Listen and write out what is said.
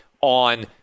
on